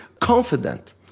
confident